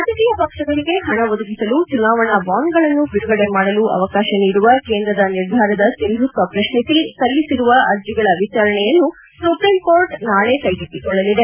ರಾಜಕೀಯ ಪಕ್ಷಗಳಿಗೆ ಹಣ ಒದಗಿಸಲು ಚುನಾವಣಾ ಬಾಂಡ್ಗಳನ್ನು ಬಿಡುಗಡೆ ಮಾಡಲು ಅವಕಾಶ ನೀಡುವ ಕೇಂದ್ರದ ನಿರ್ಧಾರದ ಸಿಂಧುತ್ವ ಪ್ರಶ್ನಿಸಿ ಸಲ್ಲಿಸಿರುವ ಅರ್ಜಿಗಳ ವಿಚಾರಣೆಯನ್ನು ಸುಪ್ರೀಂಕೋರ್ಟ್ ನಾಳೆ ಕೈಗೆತ್ತಿಕೊಳ್ಳಲಿದೆ